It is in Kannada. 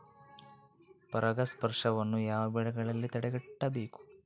ಪರಾಗಸ್ಪರ್ಶವನ್ನು ಯಾವ ಬೆಳೆಗಳಲ್ಲಿ ತಡೆಗಟ್ಟಬೇಕು?